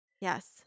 yes